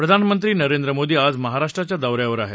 प्रधानमंत्री नरेंद्र मोदी आज महाराष्ट्राच्या दौऱ्यावर आहेत